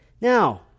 Now